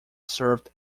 served